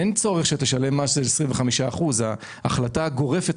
אין צורך שישלם מס של 25%. ההחלטה הגורפת